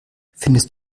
findest